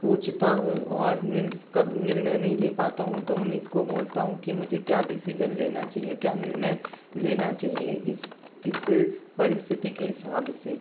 पूछता हूँ और निर्णय नहीं ले पता हूँ तो उन्हीं से को बोलता हूँ कि मुझे क्या निर्णय लेना चाहिए क्या डिसीजन लेना चहिए क्या निर्णय लेना चाहिए इस इस परिस्थिति के हिसाब से